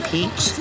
Peach